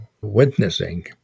witnessing